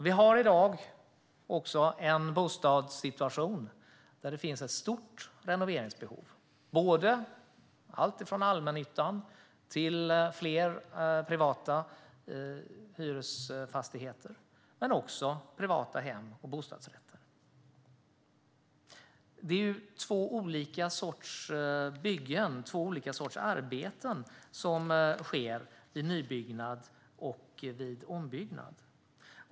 Vi har i dag också en bostadssituation där det finns ett stort renoveringsbehov, alltifrån i allmännyttan till privata hyresfastigheter men också i privata hem och bostadsrätter. Det är två olika sorters byggen, två olika sorters arbeten, som sker vid nybyggnad och ombyggnad.